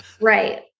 Right